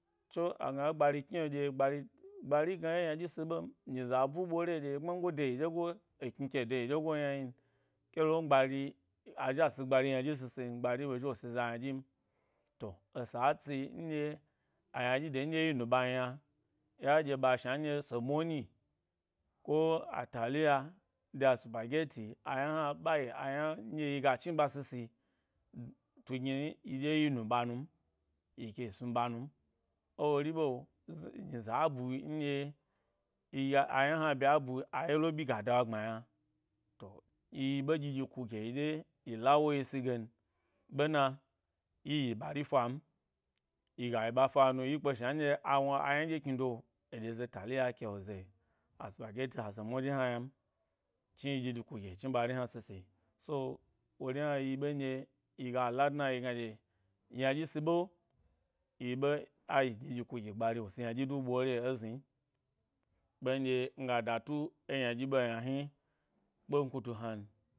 Tso, agna ɗye e gbari kni’o ɗyegbari gbari gna ye ynaɗyi si ɓe m nyize a bu ɓore ɗye gbmango de yi ɗyegoe, ekni ke dayi dye go myna yin kelon gbari azhi a si gbari ynaɗyi sisi n gbnri ɓe zhi wo si za yna ɗyem, to, esa a tsi nɗye a ynaɗyi de nɗye yi nu ɓam yna. Yaɗye ɓa shna nɗye semo nyi ko a taliya, de a supa gyeti, ayna hna ɓa yi ayna nɗye yi ga chnu ɓa sisi tnu gni yi ɗye yi nu ɓa num, yi ke snuɓa mi m, ewori ɓe zi, nyize a ti nɗye yi ayona bye bu ayelo byi ga da ɓa gbma yna, to yi yi ɓe ɗyi ku ku gye yi ɗye yi la wo yi si gen, ɓe na, yi yi ɓari fam yiga yi ɓa ɗyi ku ku gye yi ɗye yi la wo yi si gen, ɓe na, yi yi ɓari fam, yiga yi ɓa fanu yi kpe shna ndye a wna a ynaɗye knido eɗye ze taliya ke wo ze asupagyoti a semo ɗye hna yna m chni yi ɗyi ɗyi ku gye yi chni ɓari hna sisi, so, wori hna yi ‘ɓe nɗye yiga la dna yi gna dye. Yna dyi si ɓe yi ɓe, ayi ɗyi ɗyi ku gi gbari wo si ynadyi du ɓore ezni, ɓ nɗye nga da tu e ynayi ɗe yna hni, kpenkutu hnan.